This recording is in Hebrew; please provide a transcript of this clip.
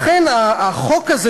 לכן החוק הזה,